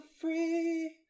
free